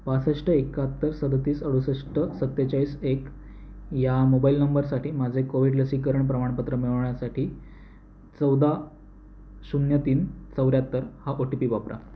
बासष्ट एकाहत्तर सदतीस अडुसष्ट सत्तेचाळीस एक या मोबाईल नंबरसाठी माझे कोविड लसीकरण प्रमाणपत्र मिळवण्यासाठी चौदा शून्य तीन चौऱ्याहत्तर हा ओ टी पी वापरा